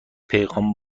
پیغام